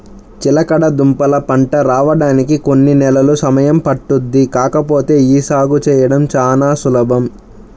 చిలకడదుంపల పంట రాడానికి కొన్ని నెలలు సమయం పట్టుద్ది కాకపోతే యీ సాగు చేయడం చానా సులభం